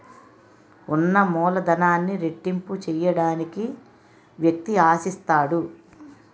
ఉన్న మూలధనాన్ని రెట్టింపు చేయడానికి వ్యక్తి ఆశిస్తాడు